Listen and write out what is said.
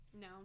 No